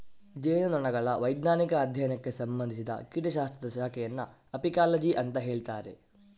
ಜೇನುನೊಣಗಳ ವೈಜ್ಞಾನಿಕ ಅಧ್ಯಯನಕ್ಕೆ ಸಂಬಂಧಿಸಿದ ಕೀಟ ಶಾಸ್ತ್ರದ ಶಾಖೆಯನ್ನ ಅಪಿಕಾಲಜಿ ಅಂತ ಹೇಳ್ತಾರೆ